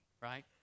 right